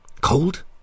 Cold